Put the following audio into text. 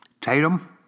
Tatum